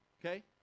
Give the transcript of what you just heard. okay